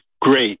great